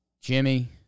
Jimmy